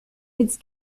its